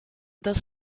das